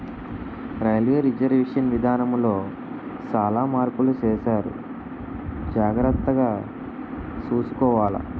railway reservation విధానములో సాలా మార్పులు సేసారు జాగర్తగ సూసుకోవాల